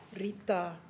Rita